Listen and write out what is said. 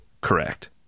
Correct